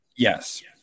Yes